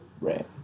right